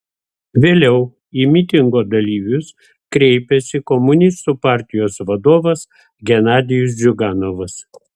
vėliau į mitingo dalyvius kreipėsi komunistų partijos vadovas genadijus ziuganovas